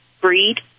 breed